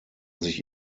sich